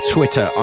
Twitter